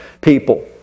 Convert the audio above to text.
people